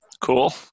cool